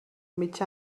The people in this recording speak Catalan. mig